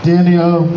Daniel